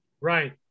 right